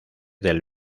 del